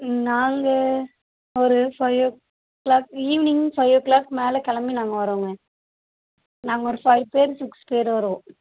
நாங்கள் ஒரு five o'clock evening five o'clock மேலே கிளம்பி நாங்கள் வர்றோங்க நாங்கள் ஒரு ஃபைவ் பேர் சிக்ஸ் பேர் வருவோம்